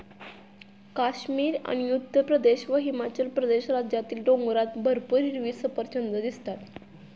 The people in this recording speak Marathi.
काश्मीर आणि उत्तरप्रदेश व हिमाचल प्रदेश राज्यातील डोंगरात भरपूर हिरवी सफरचंदं दिसतात